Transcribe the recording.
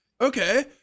okay